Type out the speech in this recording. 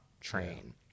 train